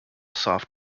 soft